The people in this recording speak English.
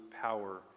power